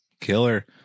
Killer